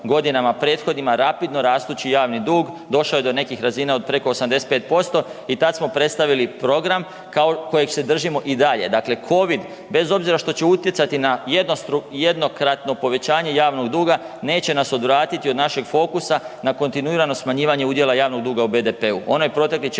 godinama prethodnima rapidno rastući javni dug došao je do nekih razina od preko 85% i tad smo predstavili program kojeg se držimo i dalje. Dakle, Covid bez obzira što će utjecati na jednokratno povećanje javnog duga neće nas odvratiti od našeg fokusa na kontinuirano smanjivanja udjela javnog duga u BDP-u.